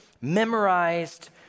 memorized